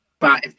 five